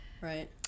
Right